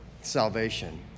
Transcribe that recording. salvation